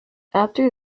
after